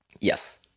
Yes